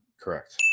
Correct